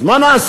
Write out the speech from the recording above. אז מה נעשה?